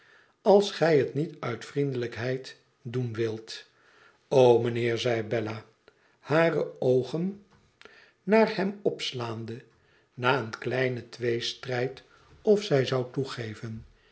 als gij het niet uit vriendelijkheid doen wilt mijnheer zei bella hare oogen naar hem opslaande na een kleinen tweestrijd of zij zou toegeven